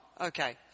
Okay